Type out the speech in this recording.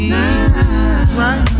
right